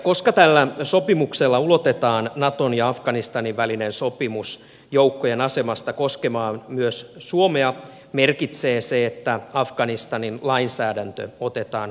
koska tällä sopimuksella ulotetaan naton ja afganistanin välinen sopimus joukkojen asemasta koskemaan myös suomea merkitsee se että afganistanin lainsäädäntö otetaan huomioon